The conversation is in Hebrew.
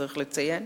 צריך לציין.